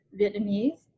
Vietnamese